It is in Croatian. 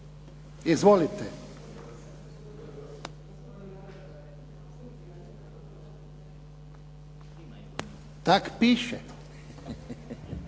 Izvolite. Tak piše.